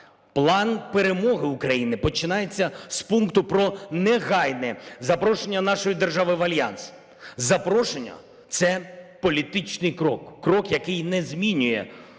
План перемоги України починається з пункту про негайне запрошення нашої держави в Альянс. Запрошення – це політичний крок, крок, який не змінює